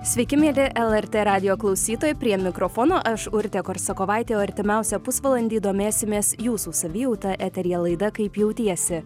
sveiki mieli lrt radijo klausytojai prie mikrofono aš urtė korsakovaitė o artimiausią pusvalandį domėsimės jūsų savijauta eteryje laida kaip jautiesi